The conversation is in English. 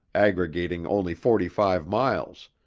aggregating only forty-five miles,